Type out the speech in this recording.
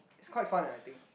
is quite fun I think